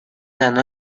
ganó